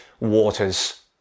waters